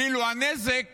כאילו הנזק